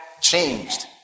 changed